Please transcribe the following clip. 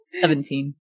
Seventeen